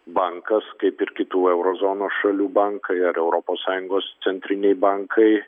bankas kaip ir kitų euro zonos šalių bankai ar europos sąjungos centriniai bankai